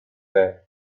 there